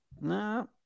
No